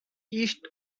east